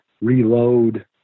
reload